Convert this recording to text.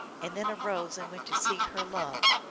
and then arose and went to seek her love.